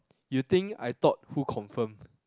you think I thought who confirm